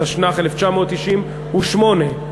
התשנ"ח 1998,